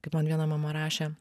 kaip man viena mama rašė